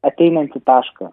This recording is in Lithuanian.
ateinantį tašką